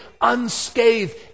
unscathed